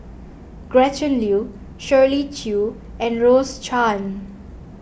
Gretchen Liu Shirley Chew and Rose Chan